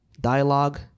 dialogue